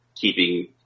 keeping